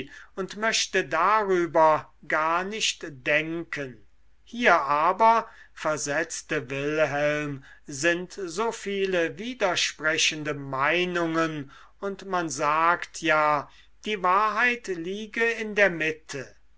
und möchte darüber gar nicht denken hier aber versetzte wilhelm sind so viele widersprechende meinungen und man sagt ja die wahrheit liege in der mitte